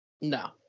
No